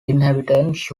inhabitants